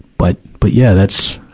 but, but yeah, that's,